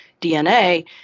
DNA